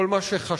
כל מה שחששנו,